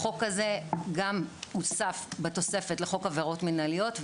החוק הזה גם הוסף בתוספת לחוק עבירות מנהליות,